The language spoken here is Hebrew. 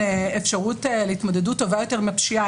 אפשרות להתמודדות טובה יותר עם הפשיעה,